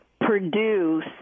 produce